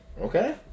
Okay